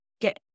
get